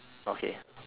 okay